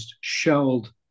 shelled